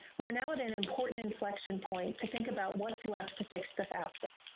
we're now at an important inflection point to think about what's left to fix the fafsa,